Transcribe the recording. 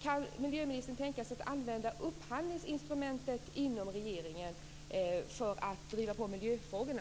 Kan miljöministern tänka sig att använda upphandlingsinstrumentet inom regeringen för att driva på miljöfrågorna?